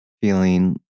feeling